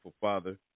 Father